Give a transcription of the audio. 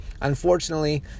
Unfortunately